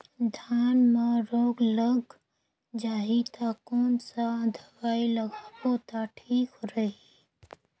धान म रोग लग जाही ता कोन सा दवाई लगाबो ता ठीक रही?